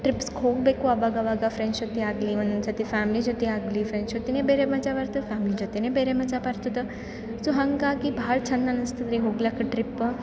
trips ಗೆ ಹೊಗಬೇಕು ಆವಾಗವಾಗ ಫ್ರೆಂಡ್ಸ್ ಜೊತೆ ಆಗಲಿ ಒಂದುಸತಿ ಫ್ಯಾಮ್ಲಿ ಜೊತೆ ಆಗಲಿ ಫ್ರೆಂಡ್ಸ್ ಜೊತೆನೇ ಬೇರೆ ಮಜಾ ಬರ್ತತ ಫ್ಯಾಮ್ಲಿ ಜೊತೆ ಬೇರೆ ಮಜಾ ಬರ್ತತ ಸೋ ಹಂಗಾಗಿ ಬಹಳ್ ಚಂದ್ ಅನಸ್ತದ ರೀ ಹೋಗ್ಲಾಕೆ ಟ್ರಿಪ್ಪ